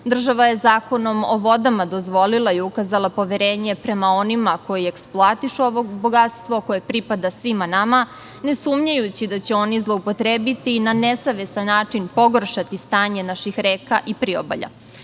Država je Zakonom o vodama dozvolila i ukazala poverenje prema onima koji eksploatišu ovo bogatstvo koje pripada svima nama, ne sumnjajući da će oni i zloupotrebiti na nesavesan način pogoršati stanje naših reka i priobalja. Stoga